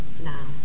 now